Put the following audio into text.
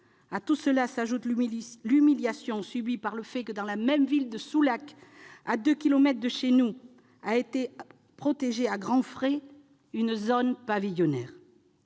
À tout cela s'ajoute l'humiliation subie par le fait que dans la même ville de Soulac-sur-Mer, à deux kilomètres de chez nous, a été protégée à grands frais une zone pavillonnaire.